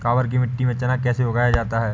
काबर मिट्टी में चना कैसे उगाया जाता है?